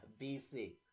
BC